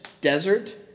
Desert